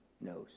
knows